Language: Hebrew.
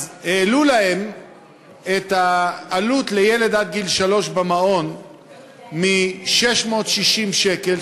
אז העלו להם את העלות לילד עד גיל שלוש במעון מ-660 שקל,